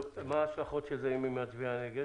מה ההשלכות אם נצביע נגד?